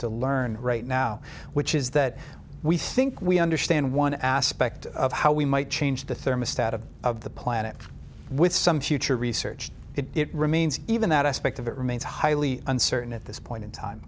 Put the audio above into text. to learn right now which is that we think we understand one aspect of how we might change the thermostat of of the planet with some future research it remains even that aspect of it remains highly uncertain at this point in time